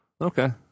Okay